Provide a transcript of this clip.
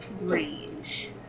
range